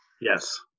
Yes